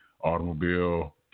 automobile